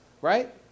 right